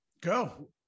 Go